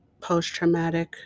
post-traumatic